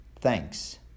Thanks